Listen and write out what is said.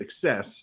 success